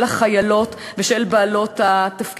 של החיילות ושל בעלות התפקידים.